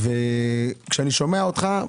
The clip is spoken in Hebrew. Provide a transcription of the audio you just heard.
כשאני שומע אותך,